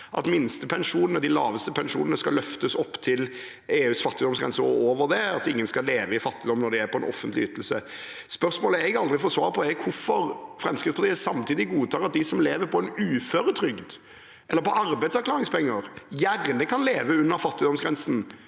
de laveste pensjonene skal løftes opp til EUs fattigdomsgrense og over det. Ingen skal leve i fattigdom når de er på en offentlig ytelse. Spørsmålet jeg aldri får svar på, er hvorfor Fremskrittspartiet samtidig godtar at de som lever på uføretrygd eller arbeidsavklaringspenger, gjerne kan leve under fattigdomsgrensen